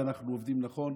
ואנחנו עובדים נכון,